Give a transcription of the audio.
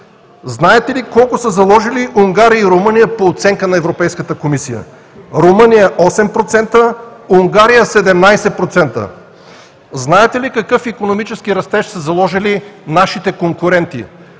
Знаете ли колко са заложили Унгария и Румъния по оценка на Европейската комисия? Румъния – 8%, Унгария – 17%. Знаете ли какъв икономически растеж са заложили нашите конкуренти?